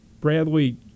Bradley